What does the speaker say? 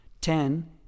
Ten